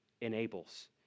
enables